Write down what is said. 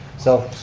so,